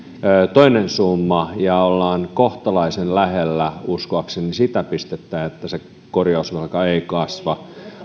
toinen summa ja ollaan kohtalaisen lähellä uskoakseni sitä pistettä että se korjausvelka ei kasva